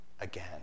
again